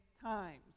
times